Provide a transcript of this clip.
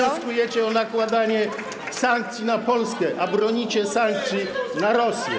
Dziś wnioskujecie o nakładanie sankcji na Polskę, a bronicie sankcji na Rosję.